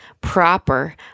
proper